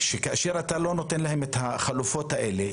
כאשר אתה לא נותן להם את החלופות האלה,